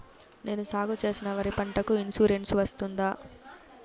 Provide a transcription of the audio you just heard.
నేను సాగు చేసిన వరి పంటకు ఇన్సూరెన్సు వస్తుందా?